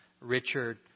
Richard